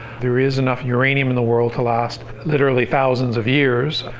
there is enough uranium in the world to last literally thousands of years.